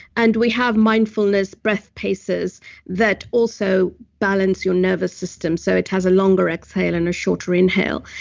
and we have mindfulness, breath places that also balance your nervous system. so it has a longer exhale and a shorter inhale.